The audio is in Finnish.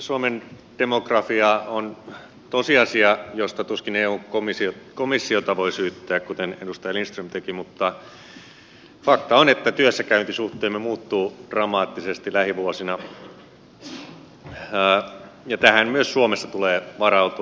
suomen demografia on tosiasia josta tuskin eun komissiota voi syyttää kuten edustaja lindström teki mutta fakta on että työssäkäyntisuhteemme muuttuu dramaattisesti lähivuosina ja tähän myös suomessa tulee varautua